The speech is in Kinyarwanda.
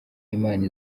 imana